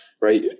right